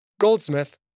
Goldsmith